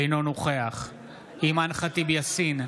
אינו נוכח אימאן ח'טיב יאסין,